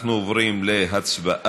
אנחנו עוברים להצבעה.